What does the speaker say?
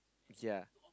yea